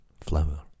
flower